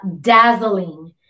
dazzling